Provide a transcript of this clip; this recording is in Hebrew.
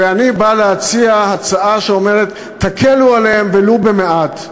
ואני בא להציע הצעה שאומרת: תקלו עליהם, ולו מעט,